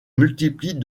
multiplient